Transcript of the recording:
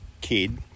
kid